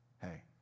Hey